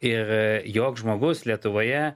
ir joks žmogus lietuvoje